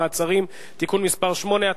מעצרים) (תיקון מס' 8),